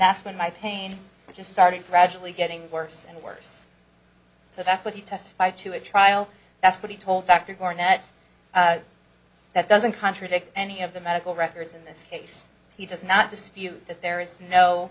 that's when my pain just started gradually getting worse and worse so that's what he testified to a trial that's what he told dr cornets that doesn't contradict any of the medical records in this case he does not dispute that there is no